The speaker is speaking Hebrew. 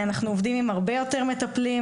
אנחנו עובדים עם הרבה יותר מטפלים.